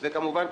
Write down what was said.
וכמובן,